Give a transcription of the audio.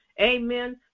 amen